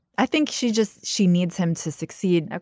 i think she just she needs him to succeed.